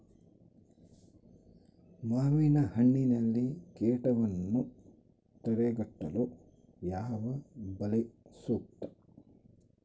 ಮಾವಿನಹಣ್ಣಿನಲ್ಲಿ ಕೇಟವನ್ನು ತಡೆಗಟ್ಟಲು ಯಾವ ಬಲೆ ಸೂಕ್ತ?